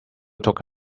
took